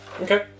Okay